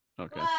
Okay